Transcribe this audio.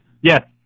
Yes